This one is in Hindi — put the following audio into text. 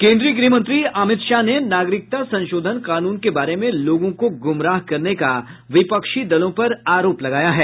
केन्द्रीय गृहमंत्री अमित शाह ने नागरिकता संशोधन कानून के बारे में लोगों को गुमराह करने का विपक्षी दलों पर आरोप लगाया है